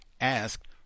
asked